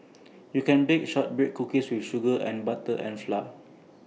you can bake Shortbread Cookies just with sugar butter and flour